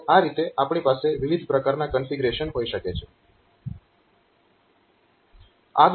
તો આ રીતે આપણી પાસે વિવિધ પ્રકારના કન્ફીગરેશન હોઈ શકે છે